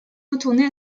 retourner